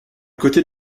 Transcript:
côté